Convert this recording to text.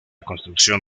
construcción